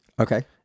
Okay